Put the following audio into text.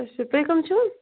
اَچھا تُہۍ کٕم چھِو